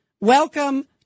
Welcome